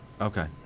Okay